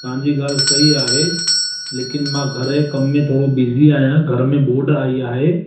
तव्हांजी ॻाल्हि सही आहे लेकिन मां घर जे कम में थोरो बिज़ी अहियां घर में बोड आई आहे